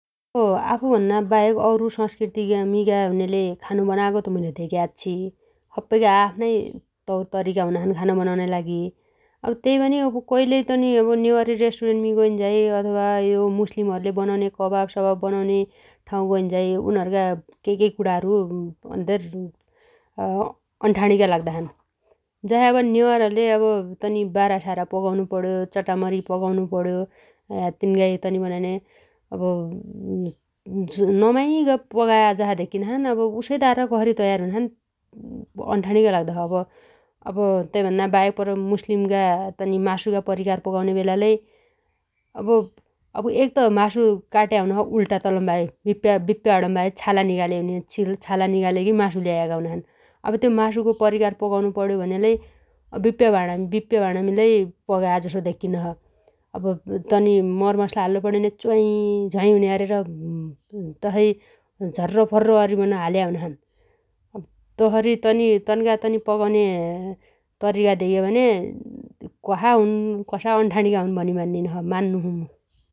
यो आफु भन्नाबाहेक अरु स‌स्कृतिमीगा हुनेले खानो बनागो त मुइले धेग्या आच्छी । सप्पैगा आआफ्नाइ तौरतरिका हुनाछन् खानो बनाउनाइ लागि । अब तेइ पनि अब कइलइ तनि नेवारी रेष्टुरेन्टमि गैन्झाइ अथवा यो मुस्लिमहरुले बनाउन्या कवाब सवाब बनाउन्या ठाउ गैन्झाइ उनीहरुगा केइकेइ कुणाहरु अन्धेर अ_अन्ठाणीगा लाग्दाछन्। जसइ अब नेवारहरुले अब तनी बारा सारा पगाउनुपण्यो चटामरी पगाउनुपण्यो या तिन्गाइ नमाइगा पगाया जसा धेक्किनाछन् उसइ तार कसरी तयार हुनाछन् अन्ठाणीगा लाउदो छ । तैभन्नाबाहेक पर मुस्लिमगा तनी मासुगा परिकार पगाउने बेलालै अब एक त मासु काट्या हुनोछ उल्टा तलम्बाहै । बिप्पे हणम्बाहै छाला निकालेइ हुनीछ । छिल छाला निकालेगी मासु ल्याया हुनाछन् । अब त्यो मासुगो परिकार पगाउनु पण्यो भन्यालै बिप्पे भाणामीलै पगाया धेक्कीनो छ । अब तनी मरमसला हाल्लु पण्यो भन्या च्वाइझ्वाइ हुन्या अरेर तसइ झर्रोपर्रो अरिबन हाल्या हुनाछन् । तसरी तनी तन्गा तनी पगाउन्या तरिका धेग्यो भन्या कसा हुन् कसा अण्ठाणीगा हुन् भनि मान्निनो छ मान्नो छु मु।